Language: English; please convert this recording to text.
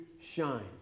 shine